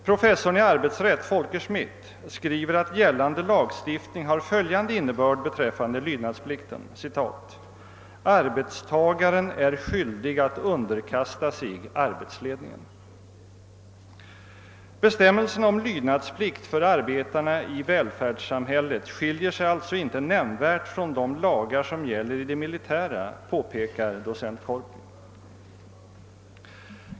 Professorn i arbetsrätt Folke Schmidt skriver att gällande lagstiftning har följande innebörd beträffande lydnadsplikten: »Arbetstagaren är skyldig att underkasta sig arbetsledningen ———« Bestämmelserna om lydnadsplikt för arbetarna i välfärdssamhället skiljer sig alltså inte nämnvärt från de lagar som gäller i det militära, påpekar docent Korpi.